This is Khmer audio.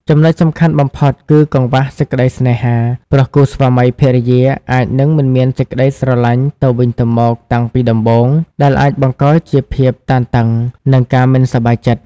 ចំណុចសំខាន់បំផុត គឺ កង្វះសេចក្តីស្នេហា ព្រោះគូស្វាមីភរិយាអាចនឹងមិនមានសេចក្តីស្រលាញ់ទៅវិញទៅមកតាំងពីដំបូង ដែលអាចបង្កជាភាពតានតឹង និងការមិនសប្បាយចិត្ត។